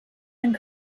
and